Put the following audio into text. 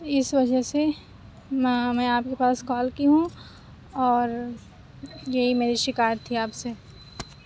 اس وجہ سے میں آپ کے پاس کال کی ہوں اور یہی میری شکایت تھی آپ سے